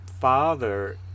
father